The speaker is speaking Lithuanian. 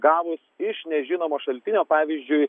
gavus iš nežinomo šaltinio pavyzdžiui